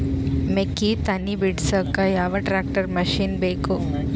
ಮೆಕ್ಕಿ ತನಿ ಬಿಡಸಕ್ ಯಾವ ಟ್ರ್ಯಾಕ್ಟರ್ ಮಶಿನ ಬೇಕು?